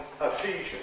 Ephesians